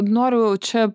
noriu čia